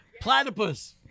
Platypus